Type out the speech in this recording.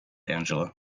angela